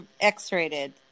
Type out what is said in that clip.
X-rated